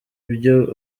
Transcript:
byo